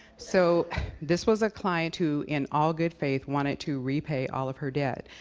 so this was a client who, in all good faith, wanted to repay all of her debt,